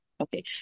Okay